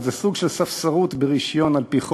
אבל זה סוג של ספסרות ברישיון על-פי חוק,